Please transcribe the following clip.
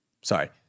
sorry